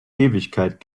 ewigkeit